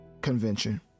convention